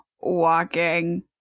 walking